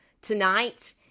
Tonight